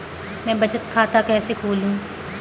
मैं बचत खाता कैसे खोलूं?